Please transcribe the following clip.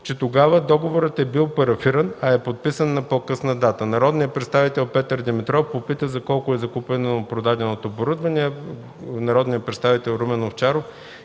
че тогава договорът е бил парафиран, а е подписан на по-късна дата. Народният представител Петър Димитров попита за колко е закупено продаденото оборудване, а народният представител Румен Овчаров